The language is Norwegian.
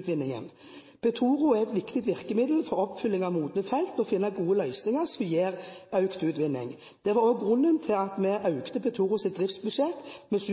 utvinningen. Petoro er et viktig virkemiddel for oppfølging av modne felt og for å finne gode løsninger som gir økt utvinning. Det var også grunnen til at vi økte Petoros driftbudsjett med